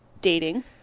dating